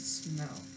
smell